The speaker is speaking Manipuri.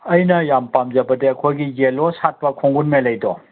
ꯑꯩꯅ ꯌꯥꯝ ꯄꯥꯝꯖꯕꯗꯤ ꯑꯩꯈꯣꯏꯒꯤ ꯌꯦꯜꯂꯣ ꯁꯥꯠꯄ ꯈꯣꯡꯒꯨꯟ ꯃꯦꯂꯩꯗꯣ